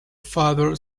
father